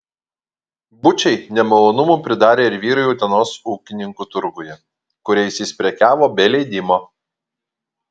bučiai nemalonumų pridarė ir vyrui utenos ūkininkų turguje kuriais jis prekiavo be leidimo